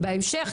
בהמשך,